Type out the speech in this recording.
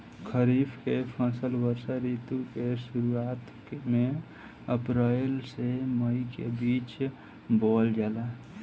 खरीफ के फसल वर्षा ऋतु के शुरुआत में अप्रैल से मई के बीच बोअल जाला